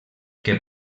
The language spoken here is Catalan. que